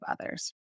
others